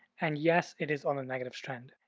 and yes, it is on the negative strand.